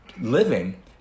living